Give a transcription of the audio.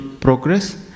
progress